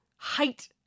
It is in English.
height